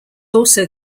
also